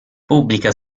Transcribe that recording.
pubblica